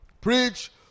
Preach